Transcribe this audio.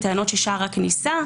טענות של שער הכניסה,